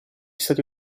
stati